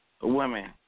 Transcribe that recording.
Women